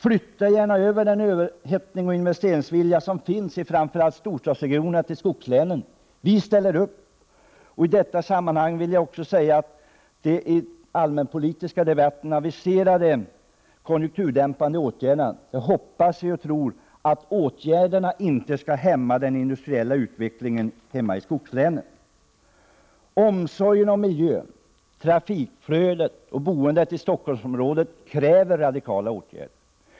Flytta gärna över den överhettning och investeringsvilja som finns i framför allt storstadsregionerna till skogslänen. Vi ställer upp. I detta sammanhang vill jag också säga att jag hoppas och tror att de i den allmänpolitiska debatten aviserade konjunkturdämpande åtgärderna inte skall hämma den industriella utvecklingen hemma i skogslänen. Omsorgen om miljön, trafikflödet och boendet i Stockholmsområdet kräver radikala åtgärder.